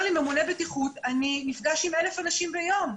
אומר לי ממונה בטיחות: אני נפגש עם 1,000 אנשים ביום.